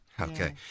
Okay